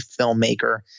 filmmaker